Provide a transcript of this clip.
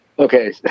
Okay